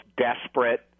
desperate